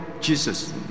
Jesus